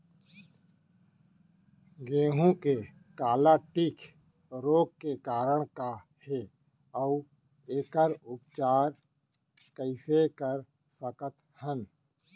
गेहूँ के काला टिक रोग के कारण का हे अऊ एखर उपचार कइसे कर सकत हन?